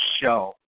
show